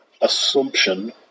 assumption